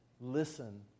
listen